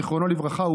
זיכרונו לברכה,